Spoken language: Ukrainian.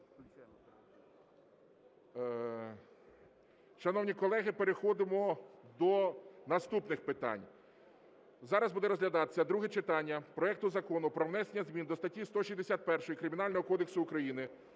Шановні колеги, переходимо до наступних питань. Зараз буде розглядатися друге читання проекту Закону про внесення змін до статі 161 Кримінального кодексу України